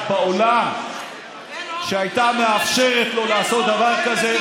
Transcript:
בעולם שהייתה מאפשרת לו לעשות דבר כזה,